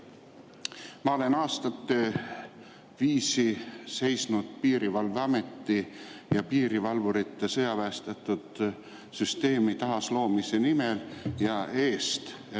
Ma olen aastate viisi seisnud piirivalveameti ja piirivalvurite sõjaväestatud süsteemi taasloomise eest,